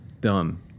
Done